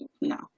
No